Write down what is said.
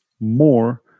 more